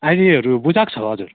आइडीहरू बुझाएको छ हजुर